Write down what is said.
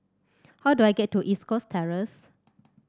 how do I get to East Coast Terrace